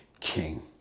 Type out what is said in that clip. king